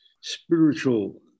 spiritual